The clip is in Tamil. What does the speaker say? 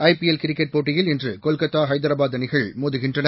ஐபிஎல் கிரிக்கெட் போட்டியில் இன்று கொல்கத்தா ஹைதராபாத் அணிகள் மோதுகின்றன